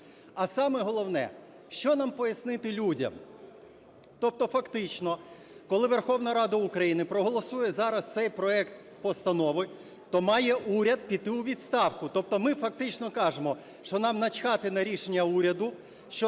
А саме головне, що нам пояснити людям. Тобто фактично, коли Верховна Рада України проголосує зараз цей проект постанови, то має уряд піти у відставку. Тобто ми фактично кажемо, що нам начхати на рішення уряду,